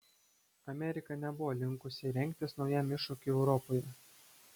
amerika nebuvo linkusi rengtis naujam iššūkiui europoje